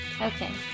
Okay